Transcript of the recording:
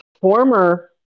former